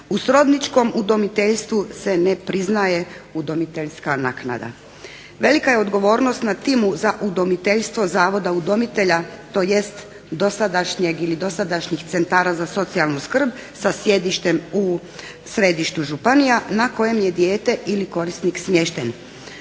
U srodničkom udomiteljstvu se ne priznaje udomiteljska naknada. Velika je odgovornost na timu za udomiteljstvo Zavoda udomitelja, tj. dosadašnjeg ili dosadašnjih centara za socijalnu skrb sa sjedištem u središtu županija na kojem je dijete ili korisnik smješten.